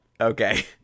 Okay